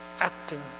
acting